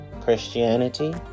Christianity